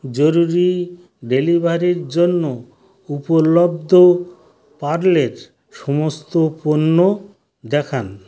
জরুরি ডেলিভারির জন্য উপলব্ধ পার্লের সমস্ত পণ্য দেখান